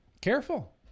Careful